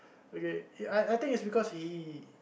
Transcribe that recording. okay he I I think it's because he